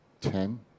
Ten